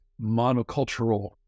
monocultural